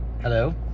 hello